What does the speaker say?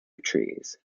trees